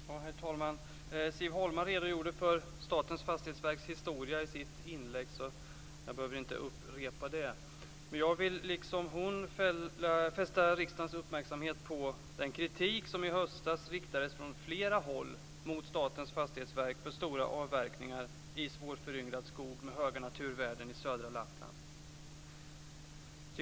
Herr talman! Siv Holma redogjorde för Statens fastighetsverks historia i sitt inlägg, så jag behöver inte upprepa den. Men jag vill, liksom hon, fästa riksdagens uppmärksamhet på den kritik som i höstas riktades från flera håll mot Statens fastighetsverk för stora avverkningar i svårföryngrad skog med höga naturvärden i södra Lappland.